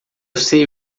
sei